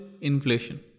inflation